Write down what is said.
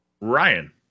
Ryan